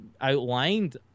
outlined